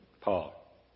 Paul